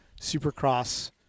supercross